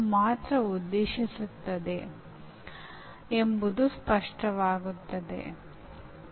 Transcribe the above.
ಕೆಲವು ಉದಾಹರಣೆಗಳೆಂದರೆ "ಸಾಮೀಪ್ಯ" ಅನ್ನು ನೋಡೋಣ